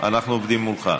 אנחנו עובדים מולך.